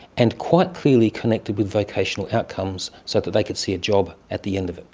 and quite clearly connected with vocational outcomes so that they could see a job at the end of it.